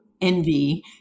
envy